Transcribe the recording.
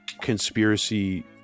conspiracy